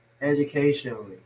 educationally